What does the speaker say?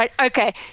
Okay